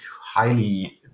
highly